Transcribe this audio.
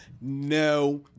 No